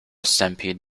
stampede